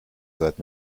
seid